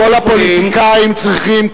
כל הפוליטיקאים צריכים,